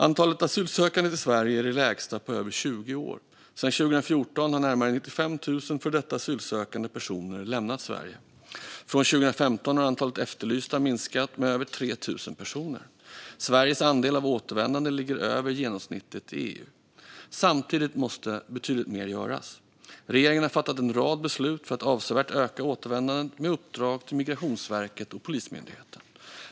Antalet asylsökande till Sverige är det lägsta på över 20 år. Sedan 2014 har närmare 95 000 före detta asylsökande personer lämnat Sverige. Från 2015 har antalet efterlysta minskat med över 3 000 personer. Sveriges andel av återvändande ligger över genomsnittet i EU. Samtidigt måste betydligt mer göras. Regeringen har fattat en rad beslut för att avsevärt öka återvändandet, med uppdrag till Migrationsverket och Polismyndigheten.